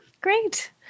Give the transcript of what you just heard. great